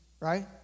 right